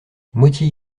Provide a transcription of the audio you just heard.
moitié